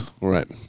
Right